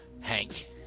Hank